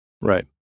Right